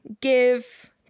give